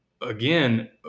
again